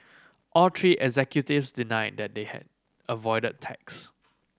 all three executives denied that they had avoided tax